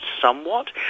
somewhat